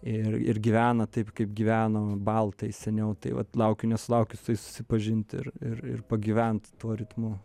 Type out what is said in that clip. ir ir gyvena taip kaip gyveno baltai seniau tai vat laukiu nesulaukiu su jais susipažint ir pagyvent tuo ritmu